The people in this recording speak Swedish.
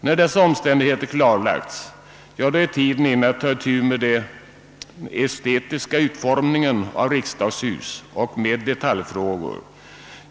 När dessa omständigheter har klarlagts är tiden inne att ta itu med den estetiska utformningen av riksdagshus och med detaljfrågor.